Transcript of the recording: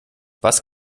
was